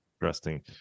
Interesting